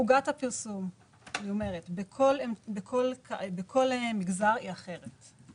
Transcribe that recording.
עוגת הפרסום בכל מגזר היא אחרת: